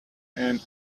and